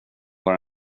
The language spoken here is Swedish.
vad